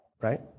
Right